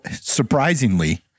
surprisingly